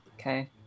okay